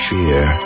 Fear